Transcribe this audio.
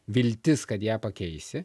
viltis kad ją pakeisi